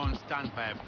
um stand by.